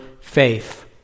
faith